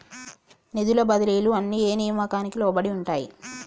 నిధుల బదిలీలు అన్ని ఏ నియామకానికి లోబడి ఉంటాయి?